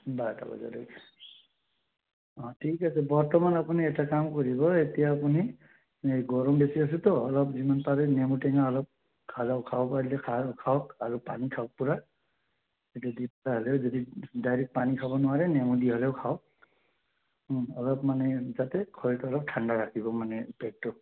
বাৰটাবজালৈকে অঁ ঠিক আছে বৰ্তমান আপুনি এটা কাম কৰিব এতিয়া আপুনি গৰম বেছি আছেতো অলপ যিমান পাৰে নেমু টেঙা অলপ খালেও খাব পাৰিলে খাও খাওক আৰু পানী খাওক পূৰা যদি ডাইৰেক্ট পানী খাব নোৱাৰে নেমু দি হ'লেও খাওক ওঁ অলপ মানে যাতে শৰীৰটো অলপ ঠাণ্ডা ৰাখিব মানে পেটটো